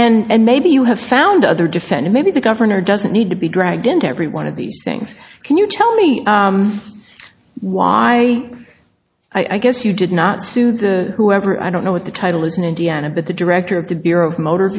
and maybe you have found other descent maybe the gov doesn't need to be dragged into every one of these things can you tell me why i guess you did not sue the whoever i don't know what the title is in indiana but the director of the bureau of motor